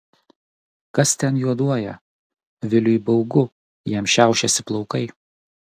kas ten juoduoja viliui baugu jam šiaušiasi plaukai